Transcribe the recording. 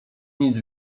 nic